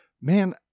man